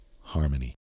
harmony